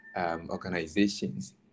organizations